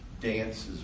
dances